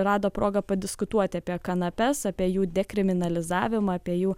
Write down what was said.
rado progą padiskutuoti apie kanapes apie jų dekriminalizavimą apie jų